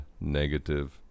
Negative